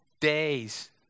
days